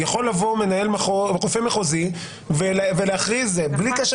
יכול לבוא רופא מחוזי ולהכריז בלי קשר